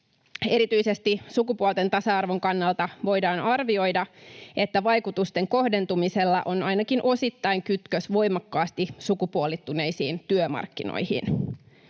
Erityisesti sukupuolten tasa-arvon kannalta voidaan arvioida, että vaikutusten kohdentumisella on ainakin osittain kytkös voimakkaasti sukupuolittuneisiin työmarkkinoihin.